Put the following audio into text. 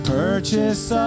purchase